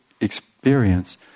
experience